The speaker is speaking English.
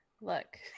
Look